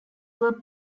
were